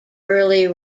early